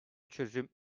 çözüm